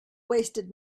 wasted